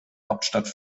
hauptstadt